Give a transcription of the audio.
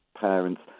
parents